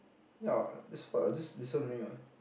ya that's what I will just listen only what